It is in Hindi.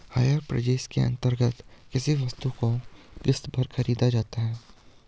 हायर पर्चेज के अंतर्गत किसी वस्तु को किस्त पर खरीदा जाता है